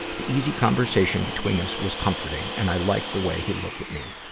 the easy conversation between us was comforting, and i liked the way he looked at me.